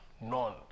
None